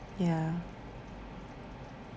ya